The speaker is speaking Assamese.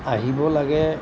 আহিব লাগে